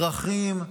דרכים,